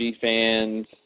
fans